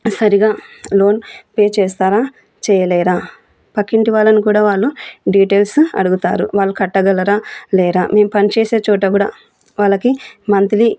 సరిగ్గా loan pay చేస్తారా చేయలేరా పక్కింటి వాళ్ళని కూడా వాళ్ళు డీటెయిల్స్ అడుగుతారు వాళ్ళు కట్టగలరా లేరా మేము పనిచేసే చోట కూడా వాళ్ళకి మంత్లీ